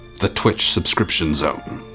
the twitch subscription zone.